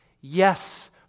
yes